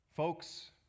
Folks